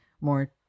more